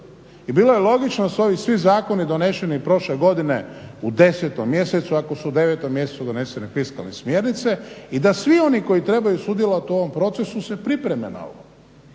I bilo je logično da su ovi svi zakoni doneseni prošle godine u 10 mjesecu ako su u 9 mjesecu donesene fiskalne smjernice i da svi oni koji trebaju sudjelovati u ovom procesu se pripreme na ovo.